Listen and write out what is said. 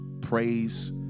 praise